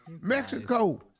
Mexico